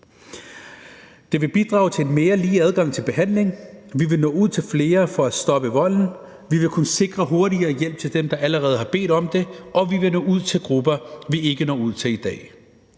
Det vil bidrage til en mere lige adgang til behandling, vi vil nå ud til flere for at stoppe volden, vi vil kunne sikre hurtigere hjælp til dem, der allerede har bedt om det, og vi vil nå ud til grupper, vi ikke når ud til i dag.